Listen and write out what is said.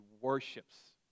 worships